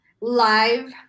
live